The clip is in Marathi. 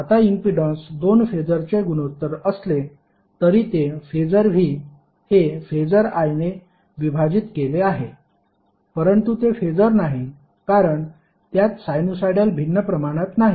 आता इम्पीडन्स दोन फेसरचे गुणोत्तर असले तरी ते फेसर V हे फेसर I ने विभाजित केले आहे परंतु ते फेसर नाही कारण त्यात साइनुसॉईडल भिन्न प्रमाणात नाही